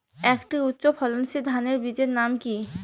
একটি উচ্চ ফলনশীল ধানের বীজের নাম কী?